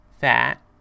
fat